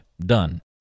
done